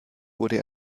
wurde